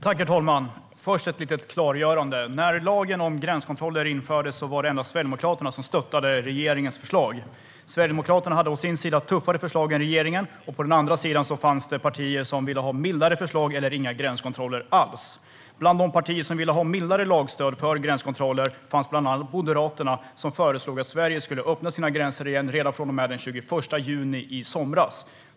Herr talman! Först vill jag göra ett litet klargörande. När lagen om gränskontroller infördes var det endast Sverigedemokraterna som stöttade regeringens förslag. Sverigedemokraterna hade å sin sida tuffare förslag än regeringen. På den andra sidan fanns det partier som ville ha mildare förslag eller inga gränskontroller alls. Bland de partier som ville ha mildare lagstöd för gränskontroller fanns bland annat Moderaterna, som föreslog att Sverige skulle öppna sina gränser igen redan från och med den 21 juni i somras.